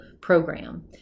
program